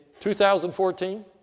2014